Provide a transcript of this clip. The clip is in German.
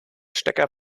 stecker